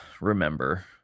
remember